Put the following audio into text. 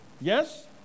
Yes